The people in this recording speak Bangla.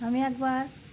আমি একবার